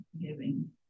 giving